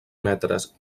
metres